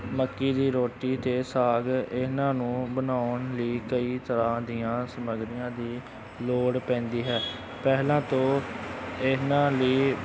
ਮੱਕੀ ਦੀ ਰੋਟੀ ਅਤੇ ਸਾਗ ਇਹਨਾਂ ਨੂੰ ਬਣਾਉਣ ਲਈ ਕਈ ਤਰ੍ਹਾਂ ਦੀਆਂ ਸਮੱਗਰੀਆਂ ਦੀ ਲੋੜ ਪੈਂਦੀ ਹੈ ਪਹਿਲਾਂ ਤੋਂ ਇਹਨਾਂ ਲਈ